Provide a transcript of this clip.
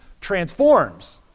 transforms